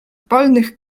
polnych